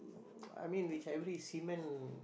I mean which every seaman